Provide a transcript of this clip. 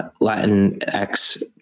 Latinx